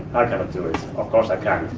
i cannot do it, of course i can't.